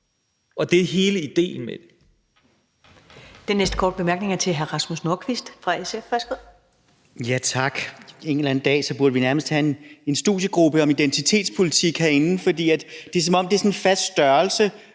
og det er hele idéen med den.